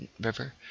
river